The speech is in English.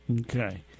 okay